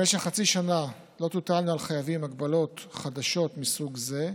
במשך חצי שנה לא תוטלנה על חייבים הגבלות חדשות מסוג זה,